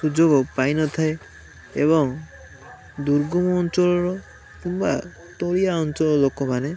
ସୁଯୋଗ ପାଇ ନଥାଏ ଏବଂ ଦୁର୍ଗମ ଅଞ୍ଚଳର କିମ୍ବା ତଳିଆ ଅଞ୍ଚଳ ଲୋକମାନେ